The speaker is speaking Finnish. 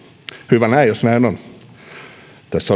hyvä näin jos näin on tässä